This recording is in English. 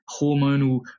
hormonal